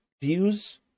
views